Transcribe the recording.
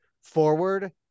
forward